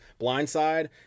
blindside